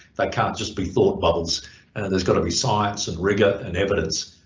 they can't just be thought bubbles and there's got to be science and rigor and evidence,